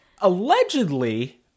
allegedly